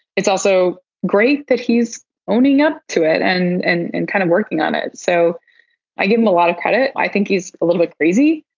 it's also great that he's owning up to it and and and kind of working on it. so i give him a lot of credit. i think he's a little bit crazy.